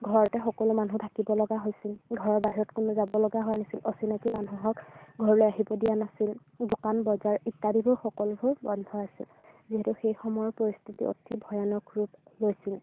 ঘৰতে সকলো মানুহ থাকিব লগা হৈছিল ঘৰৰ বাহিৰত কোনো যাব লগা হোৱা নাছিল অচিনাকী মানুহক ঘৰলৈ আহিব দিয়া নাছিল দোকান বজাৰ ইত্য়াদিবোৰ সকলোবোৰ বন্ধ আছিল যিহেতু সেই সময়ৰ পৰিস্থিতি অতি ভয়ানক ৰূপ লৈছিল